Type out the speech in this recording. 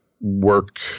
work